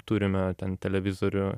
turime ten televizorių